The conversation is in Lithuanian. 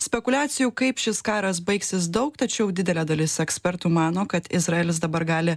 spekuliacijų kaip šis karas baigsis daug tačiau didelė dalis ekspertų mano kad izraelis dabar gali